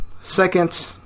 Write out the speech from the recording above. second